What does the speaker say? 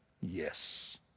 Yes